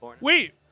Wait